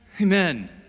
Amen